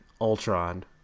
Ultron